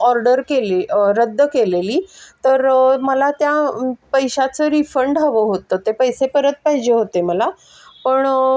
order केली रद्द केलेली तर मला त्या पैशाचं रिफंड हवं होतं ते पैसे परत पाहिजे होते मला पण